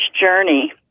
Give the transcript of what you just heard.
journey